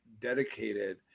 dedicated